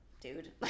dude